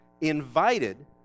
invited